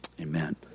amen